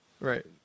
Right